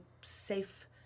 safe